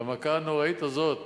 והמכה הנוראית הזאת,